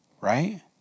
right